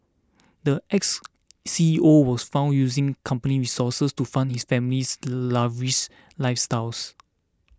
the ex C E O was found using company resources to fund his family's lavish lifestyles